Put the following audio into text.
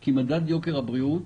כי מדד יוקר הבריאות